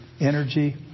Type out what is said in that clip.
energy